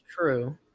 true